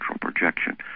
projection